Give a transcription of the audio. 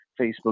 Facebook